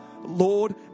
Lord